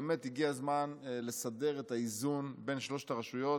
באמת הגיע הזמן לסדר את האיזון בין שלוש הרשויות,